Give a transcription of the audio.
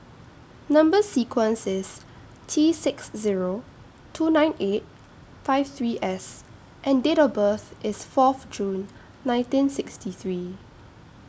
Number sequence IS T six Zero two nine eight five three S and Date of birth IS Fourth June nineteen sixty three